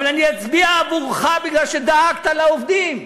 אבל אני אצביע עבורך בגלל שדאגת לעובדים,